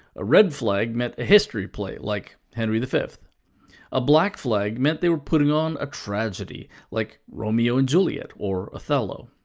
a red flag meant a history play, like henry v. a black flag meant they were putting on a tragedy, like romeo and juliet or othello.